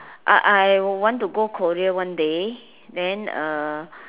I I want to go Korea one day then uh